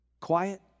Quiet